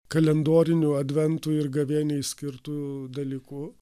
kalendoriniu adventu ir gavėniai skirtu dalyku